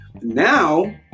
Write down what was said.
Now